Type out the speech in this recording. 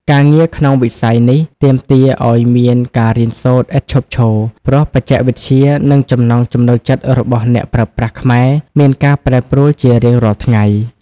ការងារក្នុងវិស័យនេះទាមទារឱ្យមានការរៀនសូត្រឥតឈប់ឈរ ព្រោះបច្ចេកវិទ្យា និងចំណង់ចំណូលចិត្តរបស់អ្នកប្រើប្រាស់ខ្មែរមានការប្រែប្រួលជារៀងរាល់ថ្ងៃ។